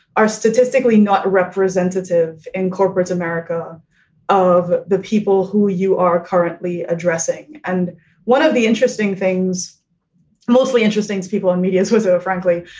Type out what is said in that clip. are statistically not representative in corporate america of the people who you are currently addressing. and one of the interesting things mostly interesting is people in meetings with it, frankly.